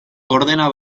ordena